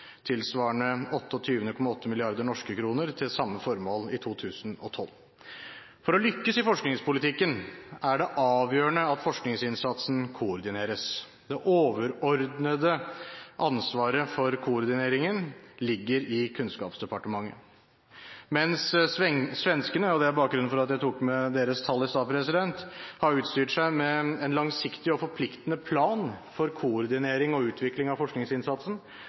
til samme formål i 2012. For å lykkes i forskningspolitikken er det avgjørende at forskningsinnsatsen koordineres. Det overordnede ansvaret for koordineringen ligger i Kunnskapsdepartementet. Mens svenskene har utstyrt seg med en langsiktig og forpliktende plan for koordinering og utvikling av forskningsinnsatsen – og det er bakgrunnen for at jeg tok med deres tall i sted – har vi i Norge ikke den samme tradisjonen for brede, langsiktige og